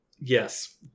Yes